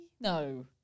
No